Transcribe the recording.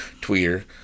Twitter